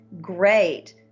great